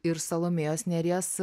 ir salomėjos nėries